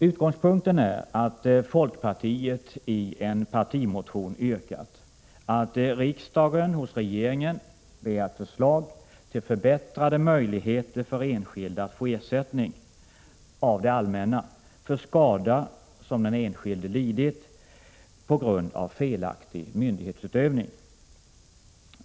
Utgångspunkten är att folkpartiet i en partimotion yrkat att riksdagen hos regeringen begär ett förslag till förbättrade möjligheter för enskilda att få ersättning av det allmänna för skada som den enskilde lidit på grund av felaktig myndighetsutövning.